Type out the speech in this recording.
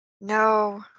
No